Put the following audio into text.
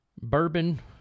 Bourbon